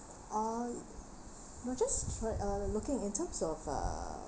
ah would you track uh looking in terms of uh